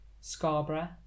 Scarborough